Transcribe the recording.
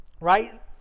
right